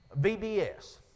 VBS